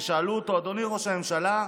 ושאלו אותו: אדוני ראש הממשלה,